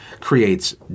creates